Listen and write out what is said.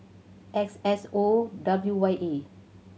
X S O W Y A